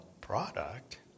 product